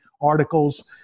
articles